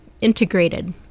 integrated